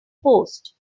post